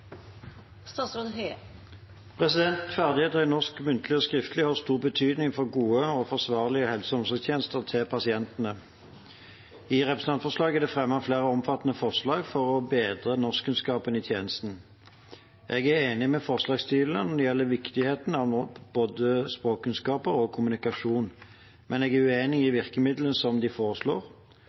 det fremmet flere omfattende forslag for å bedre norskkunnskapene i tjenesten. Jeg er enig med forslagsstillerne når det gjelder viktigheten av både språkkunnskaper og kommunikasjon, men jeg er uenig i virkemidlene de foreslår.